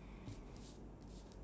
can start already ah they say